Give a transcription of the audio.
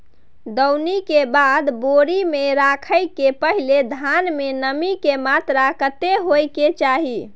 दौनी के बाद बोरी में रखय के पहिने धान में नमी के मात्रा कतेक होय के चाही?